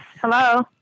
hello